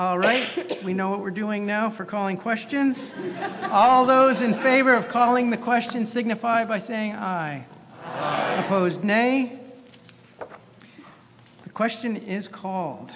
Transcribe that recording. bit right we know what we're doing now for calling questions all those in favor of calling the question signified by saying i oppose nay the question is called